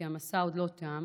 כי המסע עוד לא תם,